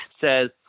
says